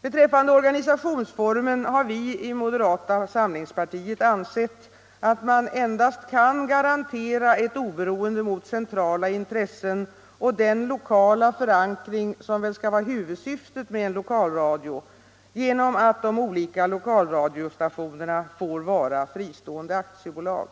Beträffande organisationsformen har vi i moderata samlingspartiet ansett att man endast kan garantera ett oberoende mot centrala intressen och den lokala förankring som väl skall vara huvudsyftet med en 1okalradio genom att de olika lokalradiostationerna får vara fristående aktiebolag.